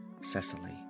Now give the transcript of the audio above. Cecily